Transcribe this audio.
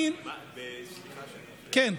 סליחה שאני מפריע.